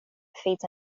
feeds